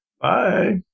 Bye